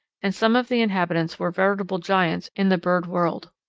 and some of the inhabitants were veritable giants in the bird world.